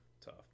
tough